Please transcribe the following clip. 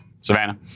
Savannah